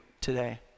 today